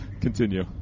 Continue